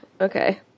Okay